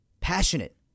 passionate